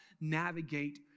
navigate